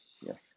Yes